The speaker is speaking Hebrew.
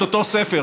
את אותו ספר,